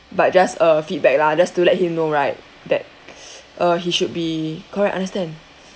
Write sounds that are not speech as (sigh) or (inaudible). but just a feedback lah just to let him know right that (breath) uh he should be correct understand